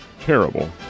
Terrible